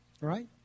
right